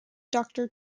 doctor